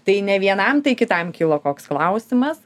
tai ne vienam tai kitam kilo koks klausimas